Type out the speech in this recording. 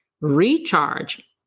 recharge